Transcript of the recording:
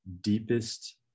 deepest